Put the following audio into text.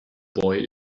boy